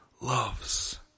loves